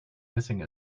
missing